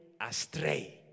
astray